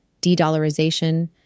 de-dollarization